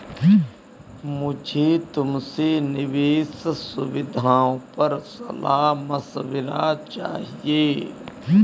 मुझे तुमसे निवेश सुविधाओं पर सलाह मशविरा चाहिए